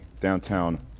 Downtown